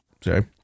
Sorry